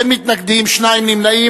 אין מתנגדים ושניים נמנעים.